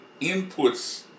inputs